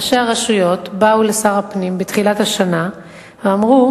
ראשי הרשויות באו לשר הפנים בתחילת השנה ואמרו: